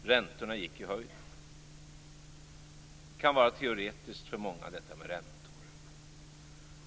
Räntorna gick i höjden. Detta med räntor kan vara teoretiskt för många.